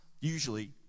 usually